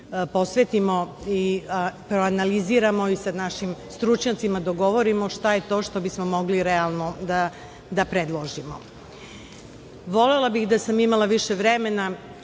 posvetimo i analiziramo i sa našim stručnjacima dogovorimo šta je to što bismo mogli realno da predložimo. Volela bih da sam imala više vremena